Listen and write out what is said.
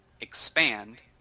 Expand